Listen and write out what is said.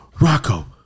Rocco